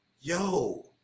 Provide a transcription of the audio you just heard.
Yo